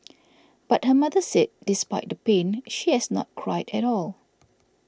but her mother said despite the pain she has not cried at all